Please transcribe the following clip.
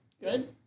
good